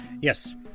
Yes